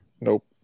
Nope